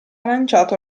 lanciato